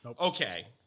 Okay